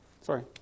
Sorry